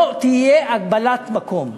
לא תהיה הגבלת מקום,